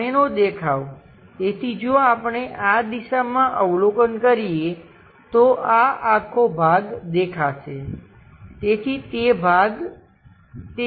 સામેનો દેખાવ તેથી જો આપણે આ દિશામાં અવલોકન કરીએ તો આ આખો ભાગ દેખાશે તેથી તે ભાગ તે હશે